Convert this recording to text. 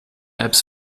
apps